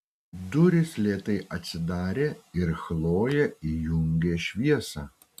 durys lėtai atsidarė ir chlojė įjungė šviesą